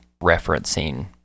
referencing